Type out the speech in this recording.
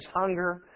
hunger